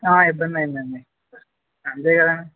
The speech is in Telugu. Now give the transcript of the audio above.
ఇబ్బంది అయిందండి అంతే కదా